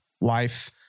life